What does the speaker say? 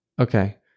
Okay